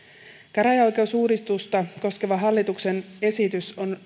käräjäoikeusuudistusta koskeva hallituksen esitys on